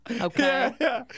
Okay